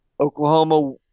Oklahoma